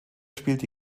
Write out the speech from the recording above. spielte